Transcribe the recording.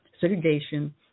segregation